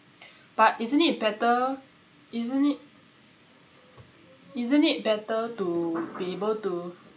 but isn't it better isn't it isn't it better to be able to